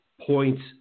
points